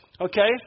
Okay